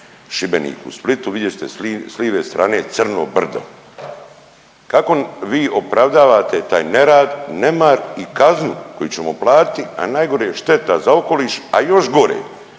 Šibeniku i Splitu vidjeli ste s live strane crno brdo. Kako vi opravdavate taj nerad, nemar i kaznu koju ćemo platiti, a najgore je šteta za okoliš, a još gore